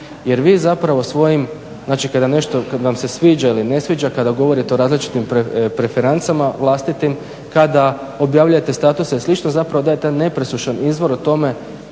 jer vi zapravo svojim znači kad vam nešto, kad vam se sviđa ili ne sviđa, kada govorite o različitim referencama vlastitim, kada objavljujete statuse i slično, zapravo dajete nepresušan izvor o tome